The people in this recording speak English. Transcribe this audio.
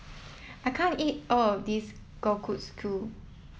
I can't eat all of this Kalguksu